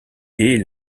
est